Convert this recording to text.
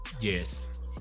Yes